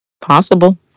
Possible